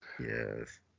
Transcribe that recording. yes